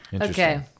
okay